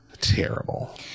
terrible